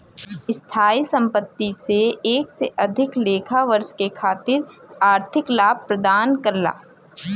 स्थायी संपत्ति से एक से अधिक लेखा वर्ष के खातिर आर्थिक लाभ प्रदान करला